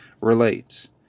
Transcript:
relate